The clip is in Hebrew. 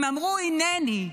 הם אמרו "הינני",